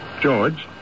George